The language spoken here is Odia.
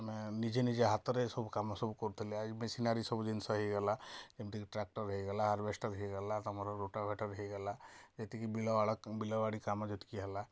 ଆମେ ନିଜେ ନିଜେ ହାତରେ ସବୁ କାମ କରୁଥିଲେ ଏବେ ସିନା ସବୁ ଜିନିଷ ହେଇଗଲା ଏମିତି କି ଟ୍ରାକ୍ଟର ହେଇଗଲା ହାରଭେଷ୍ଟଟର୍ ହେଇଗଲା ତୁମର ରୋଟାଭେଟର୍ ହେଇଗଲା ଏତିକି ବିଲବାଡ଼ି କାମ ଯେତିକି ହେଲା